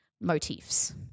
motifs